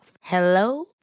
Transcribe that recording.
Hello